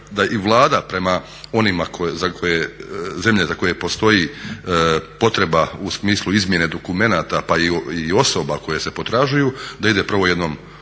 da i Vlada prema onima za koje, zemlje za koje postoji potreba u smislu izmjene dokumenata pa i osoba koje se potražuju da ide prvo jednom